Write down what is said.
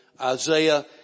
Isaiah